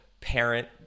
parent